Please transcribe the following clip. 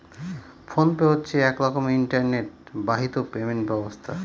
phone pay হচ্ছে এক রকমের ইন্টারনেট বাহিত পেমেন্ট ব্যবস্থা